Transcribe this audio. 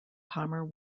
palmer